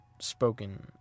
spoken